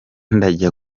ndajya